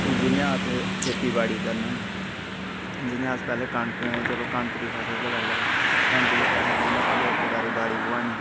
जि'यां अस खेती बाड़ी करने न जि'यां अस पैह्लै चलो कनक दी फसल गै लेई लाओ पैह्लै इक बारी बाह्ड़ी बूआनी